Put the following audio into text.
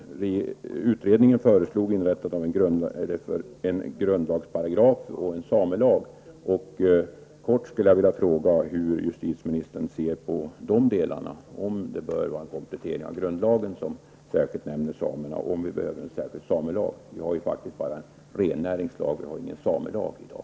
Utredningen föreslog införande av en grundlagsparagraf och en samelag. Jag skulle vilja fråga hur justitieministern ser på detta, om det bör vara en komplettering av grundlagen som särskilt nämner samerna eller om vi behöver en särskild samelag. Vi har faktiskt bara rennäringslag, ingen samelag i dag.